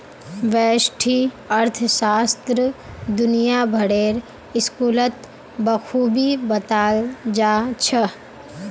व्यष्टि अर्थशास्त्र दुनिया भरेर स्कूलत बखूबी बताल जा छह